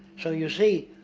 so you see,